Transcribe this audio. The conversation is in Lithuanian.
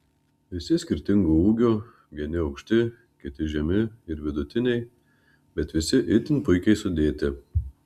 visi skirtingo ūgio vieni aukšti kiti žemi ir vidutiniai bet visi itin puikiai sudėti